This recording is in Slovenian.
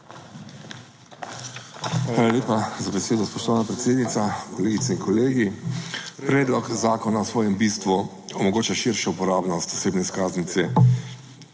Hvala lepa za besedo, spoštovana predsednica. Kolegice in kolegi! Predlog zakona v svojem bistvu omogoča širšo uporabnost osebne izkaznice,